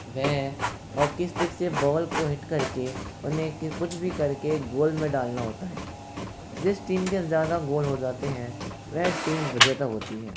वह hockey stick से ball को हिट करके उन्हें कुछ भी करके गोल में डालना होता है जिस टीम के ज़्यादा गोल हो जाते हैं वह टीम विजेता होती है